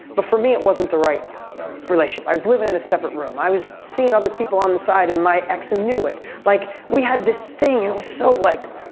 but for me it wasn't the right right relationship. i was living in a separate room. i was seeing other people on the side and my ex knew it. like, we had this thing and it was so like,